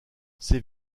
ces